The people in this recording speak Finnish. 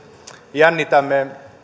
jännitämme